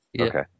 Okay